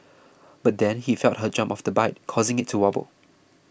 but then he felt her jump off the bike causing it to wobble